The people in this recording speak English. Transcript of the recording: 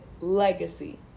legacy